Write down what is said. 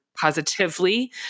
positively